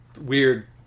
weird